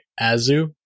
Azu